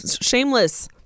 shameless